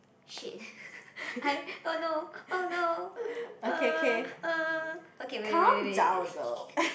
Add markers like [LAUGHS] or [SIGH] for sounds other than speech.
!shit! [LAUGHS] I oh no oh no [NOISE] okay wait wait wait wait wait [LAUGHS]